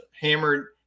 hammered